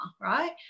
right